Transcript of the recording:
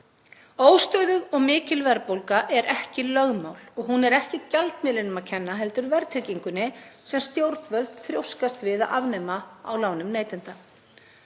Óstöðug og mikil verðbólga er ekki lögmál og hún er ekki gjaldmiðlinum að kenna heldur verðtryggingunni sem stjórnvöld þrjóskast við að afnema á lánum neytenda.